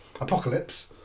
Apocalypse